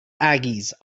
aggies